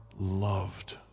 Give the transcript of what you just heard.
loved